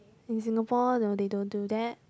in Singapore no they don't do that